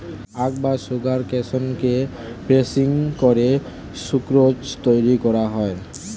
আখ বা সুগারকেনকে প্রসেসিং করে সুক্রোজ তৈরি করা হয়